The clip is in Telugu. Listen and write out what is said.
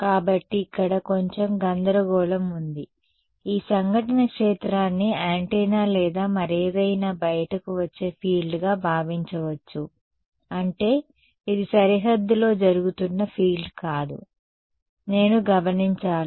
కాబట్టి ఇక్కడ కొంచెం గందరగోళం ఉంది ఈ సంఘటన క్షేత్రాన్ని యాంటెన్నా లేదా మరేదైనా బయటకు వచ్చే ఫీల్డ్గా భావించవద్దు అంటే ఇది సరిహద్దులో జరుగుతున్న ఫీల్డ్ కాదు నేను గమనించాలి